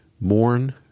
Mourn